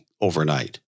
overnight